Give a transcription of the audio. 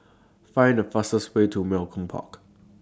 Find The fastest Way to Malcolm Park